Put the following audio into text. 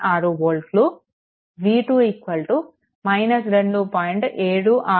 686 వోల్ట్లు v2 2